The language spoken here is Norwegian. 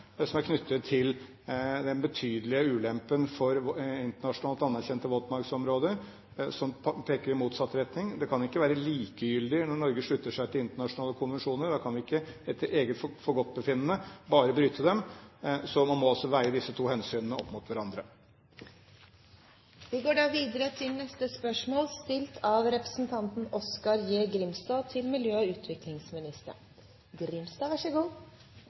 som er knyttet til den betydelige ulempen for internasjonalt anerkjente våtmarksområder, som peker i motsatt retning. Det kan ikke være likegyldig når Norge slutter seg til internasjonale konvensjoner. Vi kan ikke etter eget forgodtbefinnende bare bryte dem. Så man må altså veie disse to hensynene opp mot hverandre. «En av de viktigste årsakene til det store frafallet i videregående skole er mangelen på læreplass etter endt skolegang. Til tross for at det i departementene og